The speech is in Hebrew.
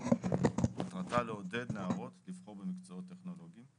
ומטרתה לעודד נערות לבחור במקצועות טכנולוגיים.